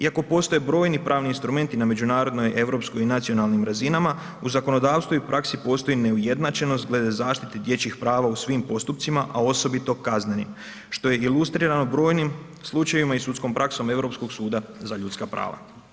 Iako postoje brojni pravni instrumenti na međunarodnoj, europskoj i nacionalnim razinama, u zakonodavstvu i praksi postoji neujednačenost glede zaštite dječjih prava u svim postupcima, a osobito kaznenim, što je ilustrirano brojnim slučajevima i sudskom praksom Europskog suda za ljudska prava.